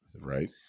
Right